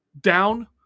down